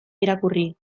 irakurri